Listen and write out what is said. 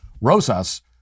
Rosas